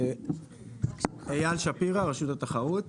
אייל שפירא רשות התחרות.